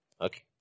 Okay